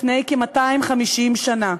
לפני כ-250 שנה,